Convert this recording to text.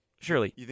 Surely